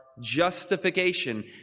justification